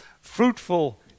fruitful